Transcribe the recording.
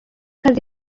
akazi